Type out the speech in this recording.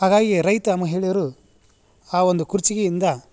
ಹಾಗಾಗಿ ರೈತ ಮಹಿಳೆಯರು ಆ ಒಂದು ಕುರ್ಜಿಗಿಯಿಂದ